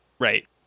Right